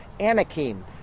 Anakim